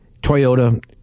Toyota